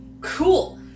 Cool